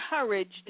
encouraged